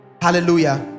hallelujah